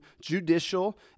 judicial